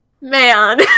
man